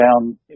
down